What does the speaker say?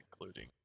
including